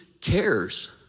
cares